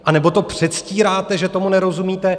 Anebo to předstíráte, že tomu nerozumíte.